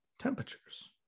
temperatures